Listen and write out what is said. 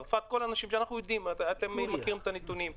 צרפת וכדומה ואתם מכירים את הנתונים.